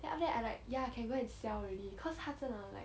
then after that I like ya can go and sell already cause 她真的真的 like